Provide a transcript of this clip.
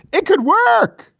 it could work.